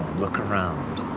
look around.